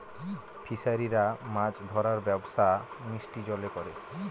ফিসারিরা মাছ ধরার ব্যবসা মিষ্টি জলে করে